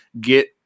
Get